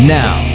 now